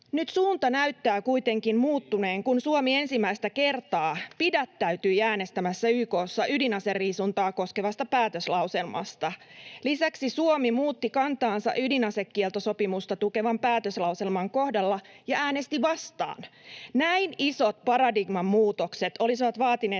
Nyt suunta näyttää kuitenkin muuttuneen, kun Suomi ensimmäistä kertaa pidättäytyi äänestämästä YK:ssa ydinaseriisuntaa koskevasta päätöslauselmasta. Lisäksi Suomi muutti kantaansa ydinasekieltosopimusta tukevan päätöslauselman kohdalla ja äänesti vastaan. Näin isot paradigman muutokset olisivat vaatineet